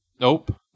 Nope